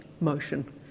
motion